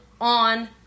On